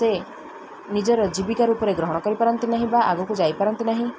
ସେ ନିଜର ଜୀବିକା ରୂପରେ ଗ୍ରହଣ କରିପାରନ୍ତି ନାହିଁ ବା ଆଗକୁ ଯାଇପାରନ୍ତି ନାହିଁ